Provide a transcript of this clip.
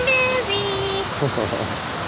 busy